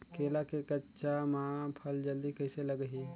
केला के गचा मां फल जल्दी कइसे लगही?